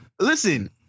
Listen